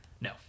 No